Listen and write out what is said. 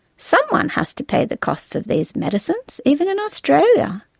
someone has to pay the costs of these medicines, even in australia.